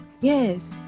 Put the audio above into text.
Yes